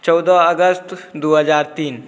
चौदह अगस्त दुइ हजार तीन